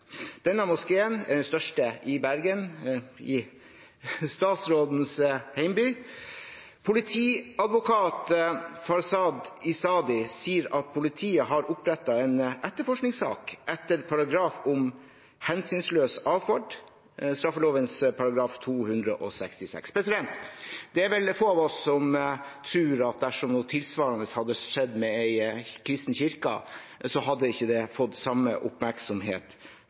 Denne moskeen er den største i Bergen, statsrådens hjemby. Politiadvokat Farzad Izadi sier at politiet har opprettet en etterforskningssak etter paragrafen om hensynsløs adferd, straffeloven § 266. Det er vel få av oss som tror at dersom noe tilsvarende hadde skjedd med en kristen kirke, så hadde det fått den samme